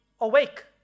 awake